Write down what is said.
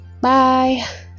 bye